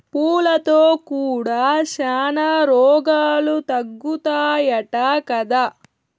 పూలతో కూడా శానా రోగాలు తగ్గుతాయట కదా